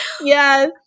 Yes